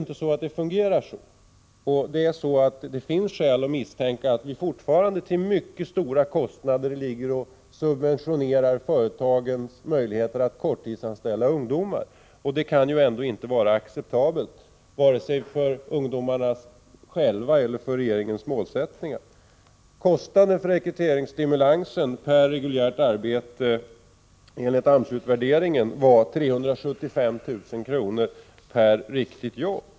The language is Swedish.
Det fungerar inte så, och det finns skäl att misstänka att vi fortfarande till mycket stora kostnader subventionerar företagens möjligheter att korttidsanställa ungdomar. Det kan väl ändå inte vara acceptabelt, vare sig för ungdomarna själva eller med tanke på regeringens målsättningar? Kostnaden för rekryteringsstimulansen var enligt AMS utvärdering 375 000 kr. per reguljärt arbete.